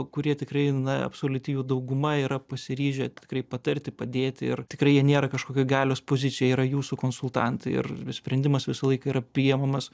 kurie tikrai na absoliuti jų dauguma yra pasiryžę tikrai patarti padėti ir tikrai jie nėra kažkokioj galios pozicijoj jie yra jūsų konsultantai ir sprendimas visą laiką yra priimamas